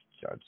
Judge